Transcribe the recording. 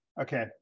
Okay